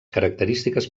característiques